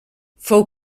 fou